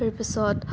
তাৰপিছত